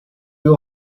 will